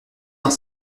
dans